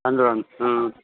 तण्डुलं ह्म्